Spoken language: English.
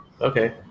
Okay